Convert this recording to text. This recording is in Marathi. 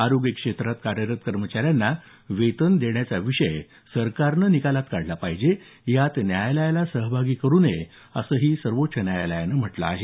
आरोग्य क्षेत्रात कार्यरत कर्मचाऱ्यांना वेतन देण्याचा विषय सरकारनं निकालात काढला पाहिजे यात न्यायालयाला सहभागी करू नये असंही सर्वोच्च न्यायालयानं म्हटलं आहे